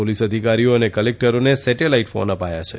police અધિકારીઓ અને કલેક્ટરોને સેટેલાઈટ ફોન અપાયા છે